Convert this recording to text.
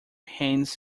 hands